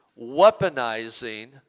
weaponizing